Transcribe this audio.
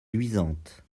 luisante